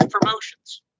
promotions